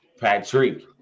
Patrick